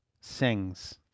sings